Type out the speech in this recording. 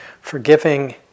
forgiving